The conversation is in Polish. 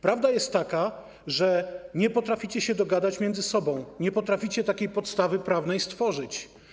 Prawda jest taka, że nie potraficie się dogadać między sobą, nie potraficie takiej podstawy prawnej stworzyć.